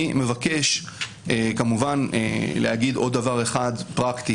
אני מבקש כמובן להגיד עוד דבר אחד פרקטי: